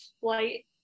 flight